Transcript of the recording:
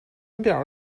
列表